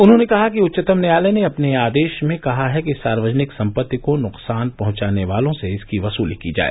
उन्होंने कहा कि उच्चतम न्यायालय ने अपने आदेश में कहा है कि सार्वजनिक संपत्ति को नुकसान पहंचाने वालों से इसकी वसूली की जाए